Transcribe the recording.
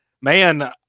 Man